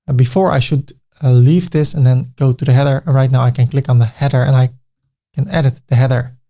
before i should ah leave this and then go to the header, right now, i can click on the header and i can edit the header.